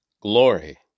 Glory